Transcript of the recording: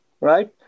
right